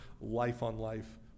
life-on-life